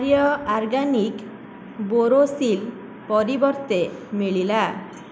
Arya organic Borosil ପରିବର୍ତ୍ତେ ମିଳିଲା